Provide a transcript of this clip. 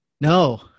No